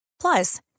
Plus